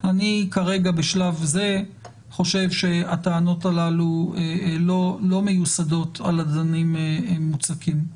אני כרגע בשלב זה חושב הטענות הללו לא מיוסדות על אדנים מוצקים.